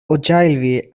ogilvy